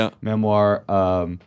memoir